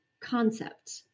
concept